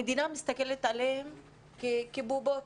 המדינה מסתכלת עליהם כבובות